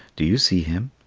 do you see him?